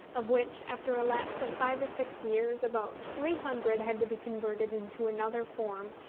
of which, after a lapse of five or six years, about three hundred had to be converted into another form,